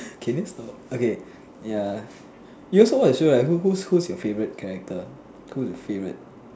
can you stop okay ya you also watch the show right who who's who's your favourite character who's your favourite